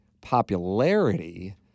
popularity